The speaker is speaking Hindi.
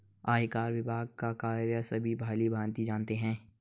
आयकर विभाग का कार्य सभी भली भांति जानते हैं